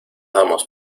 damos